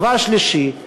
דבר שלישי,